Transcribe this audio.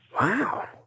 wow